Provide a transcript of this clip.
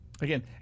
Again